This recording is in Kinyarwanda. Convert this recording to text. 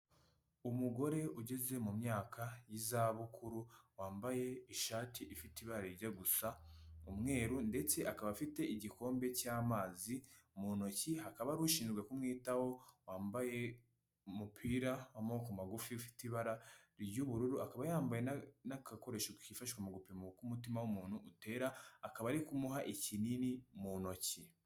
Umugore ugeze mu myaka y'izabukuru, wambaye ishati ifite ibara ryo gusa umweru, ndetse akaba afite igikombe cy'amazi mu ntoki, hakaba hari ushinzwe kumwitaho wambaye umupira w'amaboko magufi ufite ibara ry'ubururu, akaba yambaye n'agakoresho kifashishwa mu gupima uko umutima w'umuntu utera, akaba ari kumuha ikinini mu ntoki.